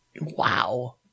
wow